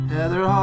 Heather